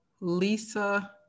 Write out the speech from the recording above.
Lisa